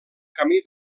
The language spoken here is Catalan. camí